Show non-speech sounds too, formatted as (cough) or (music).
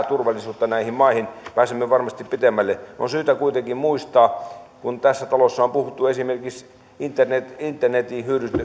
(unintelligible) turvallisuutta näihin maihin pääsemme varmasti pitemmälle on syytä kuitenkin muistaa kun tässä talossa on puhuttu esimerkiksi internetin internetin